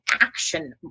action